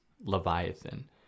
Leviathan